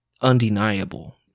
undeniable